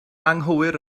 anghywir